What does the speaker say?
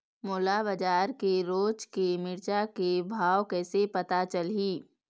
मोला बजार के रोज के मिरचा के भाव कइसे पता चलही?